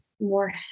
more